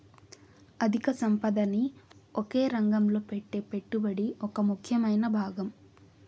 అధిక సంపదని ఒకే రంగంలో పెట్టే పెట్టుబడి ఒక ముఖ్యమైన భాగం